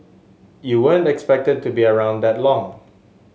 you weren't expected to be around that long